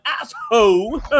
asshole